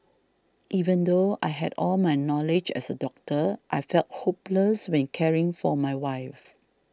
even though I had all my knowledge as a doctor I felt hopeless when caring for my wife